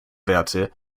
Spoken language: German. werte